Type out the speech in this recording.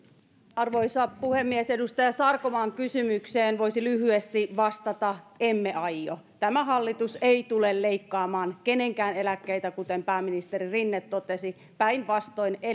arvoisa puhemies edustaja sarkomaan kysymykseen voisi lyhyesti vastata emme aio tämä hallitus ei tule leikkaamaan kenenkään eläkkeitä kuten pääministeri rinne totesi päinvastoin